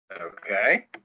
Okay